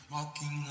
Walking